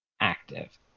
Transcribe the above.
active